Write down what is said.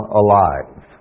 alive